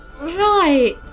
Right